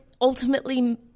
ultimately